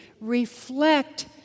Reflect